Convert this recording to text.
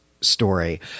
story